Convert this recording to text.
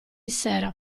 sera